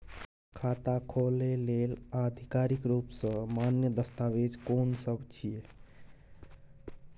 खाता खोले लेल आधिकारिक रूप स मान्य दस्तावेज कोन सब छिए?